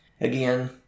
Again